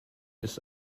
ist